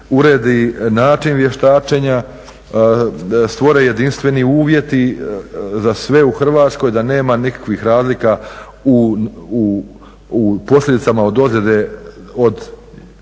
uredi način vještačenja, stvore jedinstveni uvjeti za sve u Hrvatskoj da nema nikakvih razlika u posljedicama od ozljede od Splita